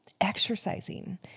exercising